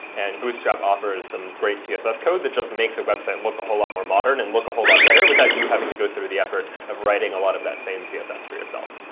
and bootstrap offers some great css code that just makes a website look a whole lot more modern and look a whole lot better without you having go through the effort of writing a lot of that same css for yourself.